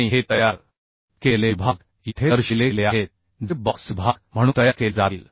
आणि हे तयार केलेले विभाग येथे दर्शविले गेले आहेत जे बॉक्स विभाग म्हणून तयार केले जातील